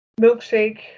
milkshake